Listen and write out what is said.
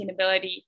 sustainability